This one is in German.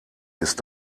ist